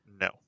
No